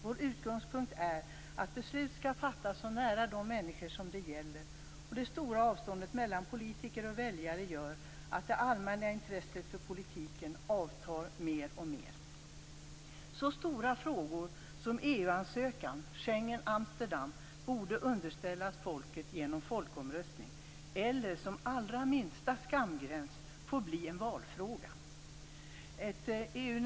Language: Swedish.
Vår utgångspunkt är att beslut skall fattas så nära de människor som det gäller som möjligt. Det stora avståndet mellan politiker och väljare gör att det allmänna intresset för politiken avtar mer och mer. Så stora frågor som EU-ansökan och Schengenoch Amsterdamfördraget borde underställas folket genom folkomröstning eller med allra minsta skamgräns bli en valfråga.